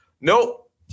Nope